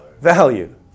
value